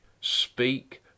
speak